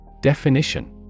Definition